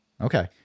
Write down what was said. Okay